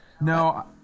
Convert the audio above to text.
No